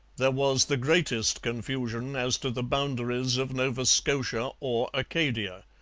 there was the greatest confusion as to the boundaries of nova scotia or acadia.